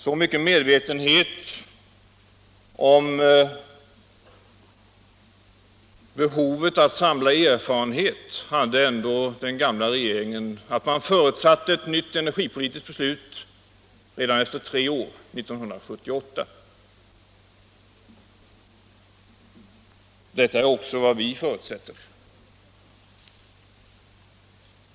Så mycket medvetenhet om behovet av m.m. att samla erfarenhet hade ändå den gamla regeringen att man förutsatte ett nytt energipolitiskt beslut redan efter tre år, 1978. Detta är också vad vi förutsätter.